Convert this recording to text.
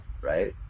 right